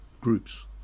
groups